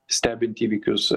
stebint įvykius